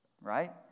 right